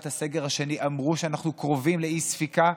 הסגר השני אמרו שאנחנו קרובים לאי-ספיקה,